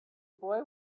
boy